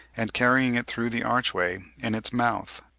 and carrying it through the archway in its mouth.